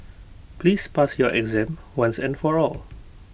please pass your exam once and for all